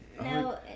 No